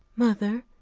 mother,